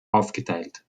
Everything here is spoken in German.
aufgeteilt